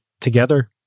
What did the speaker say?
together